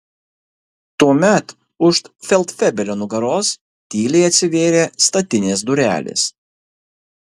tuomet už feldfebelio nugaros tyliai atsivėrė statinės durelės